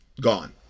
gone